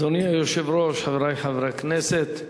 אדוני היושב-ראש, חברי חברי הכנסת,